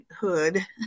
hood